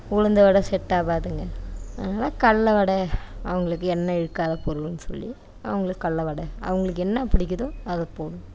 உளுந்து வடை செட் ஆகாதுங்க அதனால கடல வடை அவங்களுக்கு எண்ணெய் இழுக்காத பொருளுன்னு சொல்லி அவங்களுக்கு கடல வடை அவங்களுக்கு என்ன பிடிக்குதோ அதை போடுவோம்